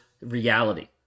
reality